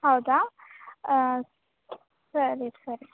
ಹೌದಾ ಸರಿ ಸರಿ